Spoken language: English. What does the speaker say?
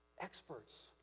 experts